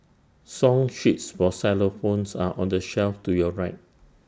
song sheets for xylophones are on the shelf to your right